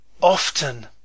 Often